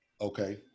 Okay